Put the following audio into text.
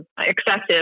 excessive